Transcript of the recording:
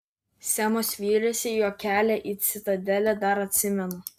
semas vylėsi jog kelią į citadelę dar atsimena